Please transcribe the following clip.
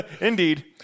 indeed